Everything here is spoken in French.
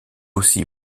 aussi